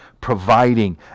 providing